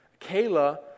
Kayla